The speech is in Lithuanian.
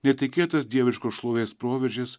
netikėtas dieviškos šlovės proveržis